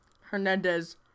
Hernandez